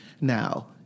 now